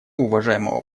уважаемого